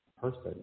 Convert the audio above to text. person